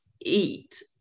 eat